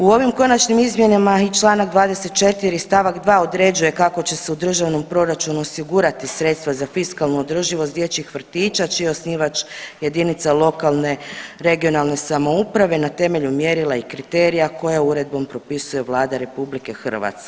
U ovim konačnim izmjenama i čl. 24. st. 2. određuje kako će se u državnom proračunu osigurati sredstva za fiskalnu održivost dječjih vrtića čiji je osnivač jedinica lokalne i regionalne samouprave na temelju mjerila i kriterija koje uredbom propisuje Vlada RH.